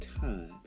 time